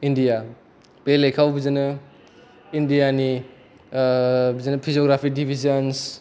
India बे लेखाआव बिदिनो इण्डियानि बिदिनो पिजुग्रापि दिबिजनस